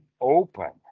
open